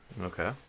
Okay